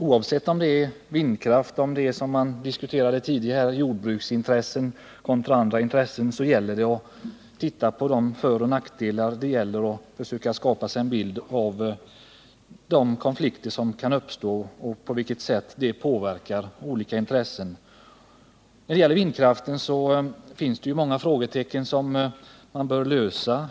Oavsett om det, som man diskuterade tidigare här, är jordbruksintressen som står mot andra intressen, så gäller det att studera föroch nackdelarna och försöka skapa sig en bild av de konflikter som kan uppstå och på vilket sätt de kan påverka olika intressen. I fråga om vindkraften finns det många frågor som man bör lösa.